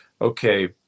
okay